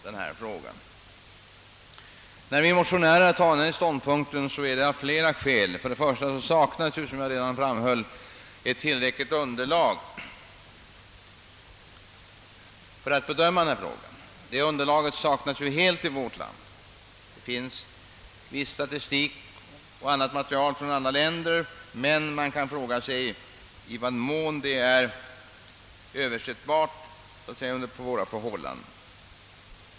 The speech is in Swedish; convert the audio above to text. Det är av flera skäl vi motionärer intagit denna ståndpunkt. För det första saknas helt i vårt land underlag för att bedöma frågan. Det finns viss statistik och annat material från andra länder, men man kan fråga sig i vad mån dessa uppgifter är överförbara till våra förhållanden.